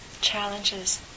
challenges